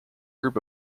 group